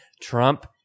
Trump